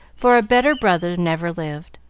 for a better brother never lived.